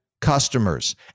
customers